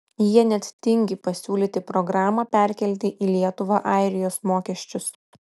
jie net tingi pasiūlyti programą perkelti į lietuvą airijos mokesčius